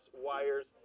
wires